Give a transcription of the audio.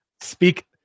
speak